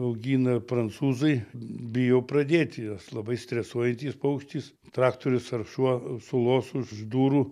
augina prancūzai bijau pradėti jos labai stresuojantis paukštis traktorius ar šuo sulos už durų